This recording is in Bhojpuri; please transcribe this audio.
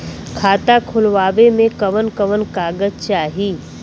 खाता खोलवावे में कवन कवन कागज चाही?